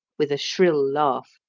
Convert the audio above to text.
with a shrill laugh,